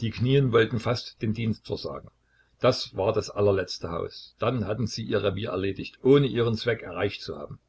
die knien wollten fast den dienst versagen das war das allerletzte haus dann hatten sie ihr revier erledigt ohne ihren zweck erreicht zu haben